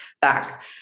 back